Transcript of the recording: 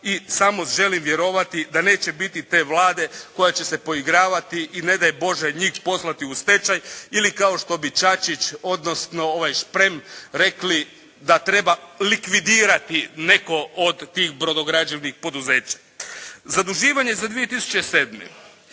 i samo želim vjerovati da neće biti te Vlade koja će se poigravati i ne daj Bože njih poslati u stečaj ili kao što bi Čačić, odnosno ovaj Šprem rekli da treba likvidirati neko od tih brodograđevnih poduzeća. Zaduživanje za 2007.